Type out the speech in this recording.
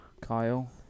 Kyle